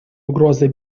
угрозой